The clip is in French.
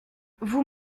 vous